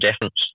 difference